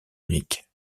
unique